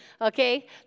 okay